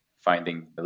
Finding